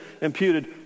imputed